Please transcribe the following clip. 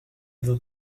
d’un